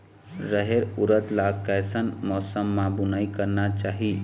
रहेर उरद ला कैसन मौसम मा बुनई करना चाही?